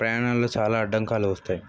ప్రయాణాలలో చాలా అడ్డంకాలు వస్తాయి